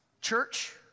Church